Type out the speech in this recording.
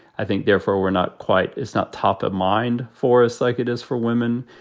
i think, therefore, we're not quite it's not top of mind for us like it is for women.